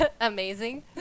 amazing